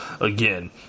again